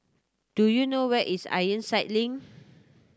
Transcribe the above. do you know where is Ironside Link